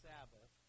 Sabbath